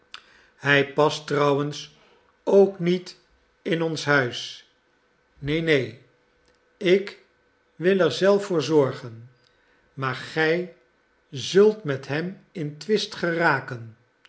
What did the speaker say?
hij past trouwens ook niet in ons huis neen neen ik wil er zelf voor zorgen maar gij zult met hem in twist geraken